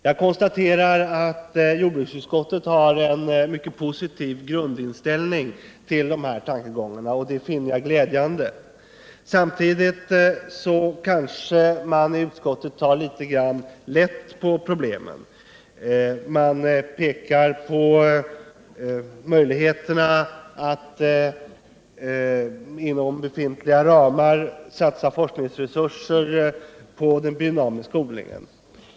Jag konstaterar att jordbruksutskottet har en mycket positiv grundinställning till dessa våra tankegångar, vilket jag finner glädjande. Samtidigt tar kanske utskottet litet lätt på problemen. Man pekar på möjligheterna av att inom befintliga ramar satsa forskningsresurser på den biodynamiska odlingen.